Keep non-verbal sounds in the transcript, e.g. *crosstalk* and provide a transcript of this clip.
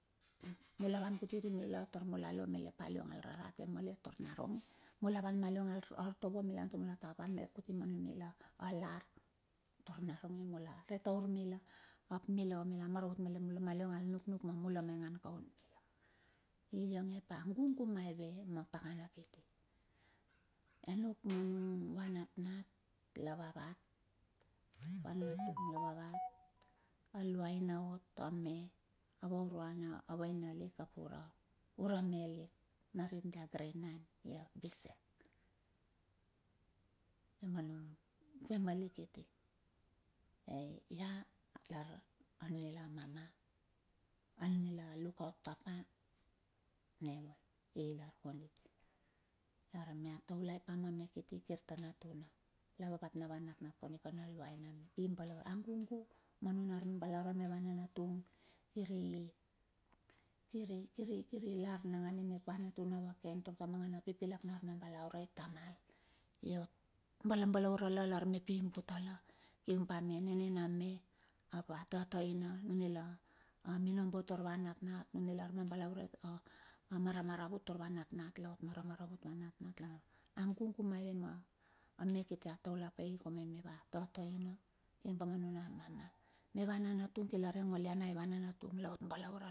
Mula *noise* van kuti ri mila tar mula lo malet pa al liong al rarate malet tar naronge, mula van mal liong al artovo mila maingan taur mula ta van malet kuti ma numila lar, tar naronge mula re taur mila. Ap mila, mila maravut malet mula ma liong al nuknuk me mula me maingan kaun mila. I ionge ap a gugu maive ma pakana kiti, *noise* anuk ma nung a nat nat lavavat a luaina ot a me, avuraina avainalik ap ura melik, narit dia grade 9 hia bisec, ma family kiti. Ai ia lar anunila mama, a lukaut papa me ikondi, lar mia taulai pa ma me kiti kirta natuna lava vatna natnat kondi kan a luaina me, lar i balaure, agugu ma ar mambolurai ma va nanatung, kiri, kiri, *hesitation* kiri ilar nakandi mep na ap ava natatuna ma kem koke la ap pipi lak na na ar mabaluarai tamal, iot balabalarue lar mep iot imbute la kium pa a nane na me, ap ava tataina, nu mila minombo tar va natnat numila arbalaurai, amaramaravut tar vanatnat a gugu maive ma me kiti a taule pai kium ava tataina kiumpa nuna mama, meva nanatung kirla re arngoleanei ivanan atua laot balaurei.